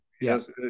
yes